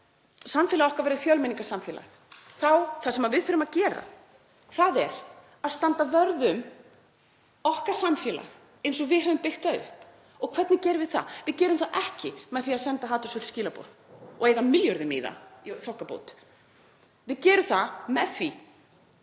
samfélag okkar verður fjölmenningarsamfélag og það sem við þurfum að gera er að standa vörð um samfélag okkar eins og við höfum byggt það upp. Hvernig gerum við það? Við gerum það ekki með því að senda hatursfull skilaboð og eyða milljörðum í það í þokkabót. Við gerum það með því